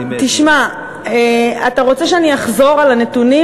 תשמע, אתה רוצה שאני אחזור על הנתונים?